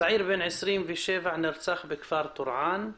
צעיר בן 27 נרצח בכפר טורעאן.